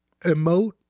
emote